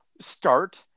start